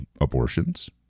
abortions